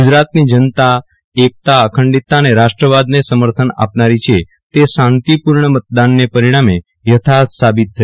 ગુજરાતની જનતા એકતા અખંડિતતા અને રાષ્ટ્રવાદને સમર્થન આપનારી છે તે શાંતિપૂર્ણ મતદાનને પરિણામે યથાર્થ સાબિત થયું છે